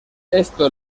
esto